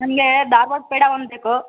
ನಮಗೆ ಧಾರ್ವಾಡ ಪೇಡ ಒಂದು ಬೇಕು